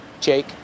Jake